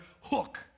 hook